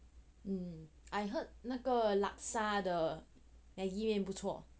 mm I heard 那个 laksa 的 maggi 面不错